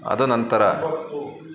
ಅದು ನಂತರ